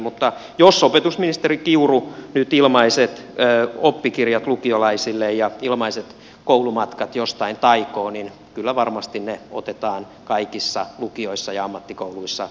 mutta jos opetusministeri kiuru nyt ilmaiset oppikirjat lukiolaisille ja ilmaiset koulumatkat jostain taikoo niin kyllä varmasti ne otetaan kaikissa lukioissa ja ammattikouluissa